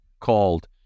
called